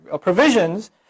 provisions